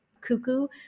cuckoo